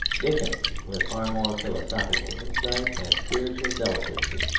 dickens, with far more philosophical insight and spiritual delicacy,